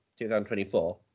2024